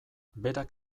berak